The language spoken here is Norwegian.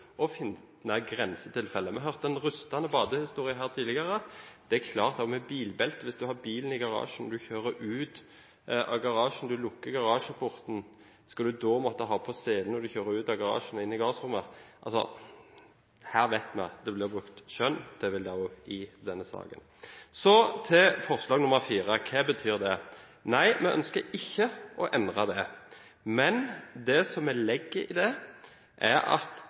og finne grensetilfeller. Vi hørte en rystende badehistorie her tidligere. Med tanke på bilbelte: Hvis du har bilen i garasjen, kjører den ut av garasjen og lukker garasjeporten, skal du da måtte ha på sele når du kjører ut av garasjen og inn i gårdsrommet? Her vet vi at det blir brukt skjønn. Det vil det også bli gjort i denne saken. Så til forslag nr. 4, og hva det betyr. Nei, vi ønsker ikke å endre det. Det som vi legger i det, er at